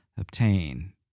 obtain